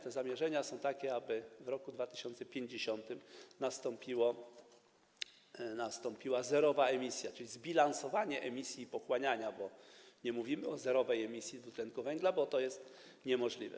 Te zamierzenia są takie, aby w roku 2050 nastąpiła zerowa emisja, czyli zbilansowanie emisji i pochłaniania, bo nie mówimy o zerowej emisji dwutlenku węgla, bo to jest niemożliwe.